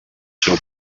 seu